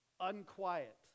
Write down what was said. unquiet